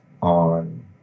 on